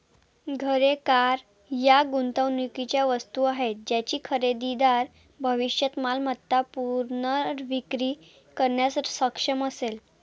घरे, कार या गुंतवणुकीच्या वस्तू आहेत ज्याची खरेदीदार भविष्यात मालमत्ता पुनर्विक्री करण्यास सक्षम असेल